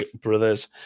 Brothers